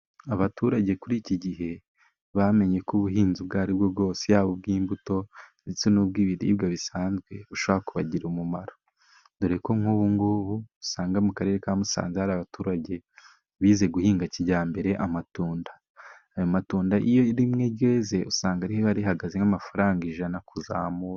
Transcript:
Abaturage kuri iki gihe bamenyeko ubuhinzi ubwo aribwo bwose yaba ubw'imbuto ndetse n'ubw'ibiribwa bisanzwe bushobora kubagirira umumaro, doreko nk'ubu ngubu usanga mu karere ka Musanze hari abaturage bize guhinga kijyambere amatunda. Ayo matunda iyo rimwe ryeze usanga riba rihagaze nk'amafaranga ijana kuzamura.